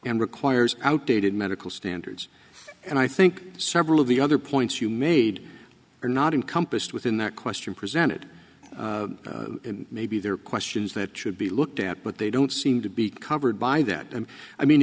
and requires outdated medical standards and i think several of the other points you made are not in compassed within the question presented maybe there are questions that should be looked at but they don't seem to be covered by that and i mean